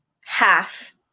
half